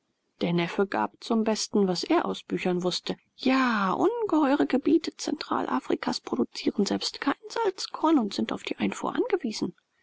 der neffe gab zum besten was er aus büchern wußte ja ungeheure gebiete zentralafrikas produzieren selbst kein salzkorn und sind auf die einfuhr angewiesen